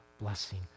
blessing